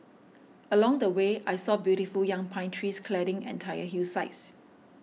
along the way I saw beautiful young pine trees cladding entire hillsides